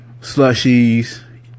slushies